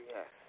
Yes